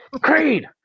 creed